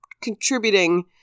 contributing